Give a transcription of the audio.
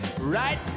Right